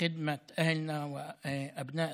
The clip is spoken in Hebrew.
אומר לאבו יוסף,